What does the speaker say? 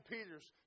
Peter's